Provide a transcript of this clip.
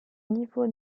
niveau